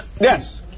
Yes